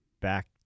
back